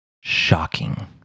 Shocking